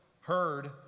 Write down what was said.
heard